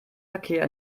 verkehr